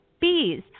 Bees